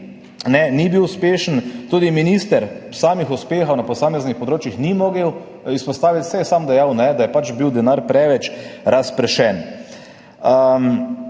ni bilo uspešno. Tudi minister samih uspehov na posameznih področjih ni mogel izpostaviti, saj je sam dejal, da je pač bil denar preveč razpršen.